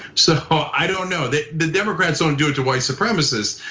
so ah i don't know that the democrats won't do it to white supremacist.